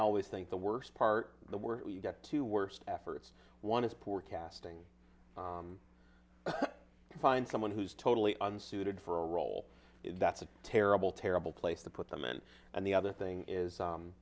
always think the worst part the worry you get to worst efforts one is poor casting find someone who's totally unsuited for a role that's a terrible terrible place to put them in and the other thing is